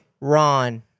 Ron